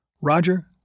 Roger